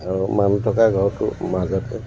আৰু মানুহ থকা ঘৰটো মাজতে